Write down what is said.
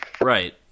right